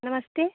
नमस्ते